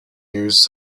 news